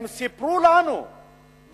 הם סיפרו לנו בעוז,